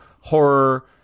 horror